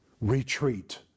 retreat